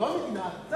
ולא המדינה.